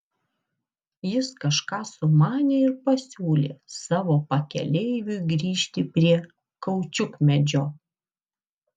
jis kažką sumanė ir pasiūlė savo pakeleiviui grįžti prie kaučiukmedžio